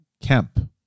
camp